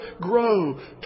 grow